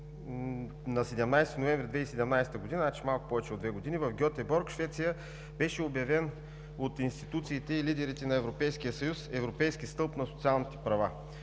на 17 ноември 2017 г., значи малко повече от две години, в Гьотеборг – Швеция, беше обявен от институциите и лидерите на Европейския съюз Европейски стълб на социалните права.